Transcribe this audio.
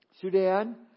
Sudan